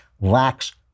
lacks